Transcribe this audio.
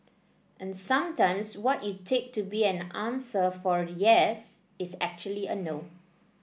and sometimes what you take to be an answer for yes is actually a no